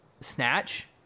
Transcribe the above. Snatch